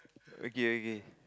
okay okay